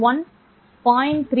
0